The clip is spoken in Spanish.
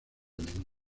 enemigo